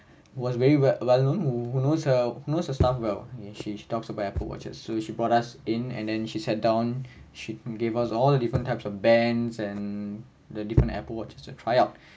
was very well well known who knows uh most the stuff well when she talks about apple watches so she brought us in and then she sat down she gave us all the different types of bands and the different apple watches to try out